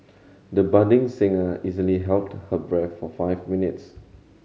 the budding singer easily held her breath for five minutes